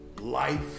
life